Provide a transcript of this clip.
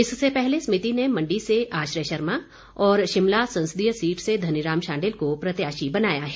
इससे पहले समिति ने मंडी से आश्रय शर्मा और शिमला संसदीय सीट से धनीराम शांडिल को प्रत्याशी बनाया है